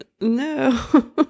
No